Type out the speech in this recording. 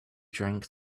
drank